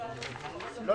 לא,